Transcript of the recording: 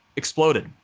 exploded.